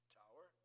tower